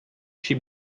she